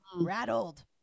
rattled